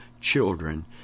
children